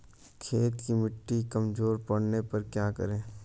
खेत की मिटी कमजोर पड़ने पर क्या करें?